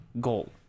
goal